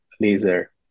laser